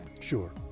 Sure